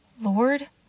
Lord